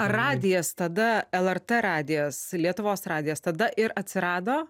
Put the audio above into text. radijas tada lrt radijas lietuvos radijas tada ir atsirado